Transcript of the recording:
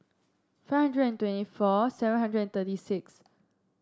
five hundred and twenty four seven hundred and thirty six